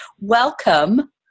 Welcome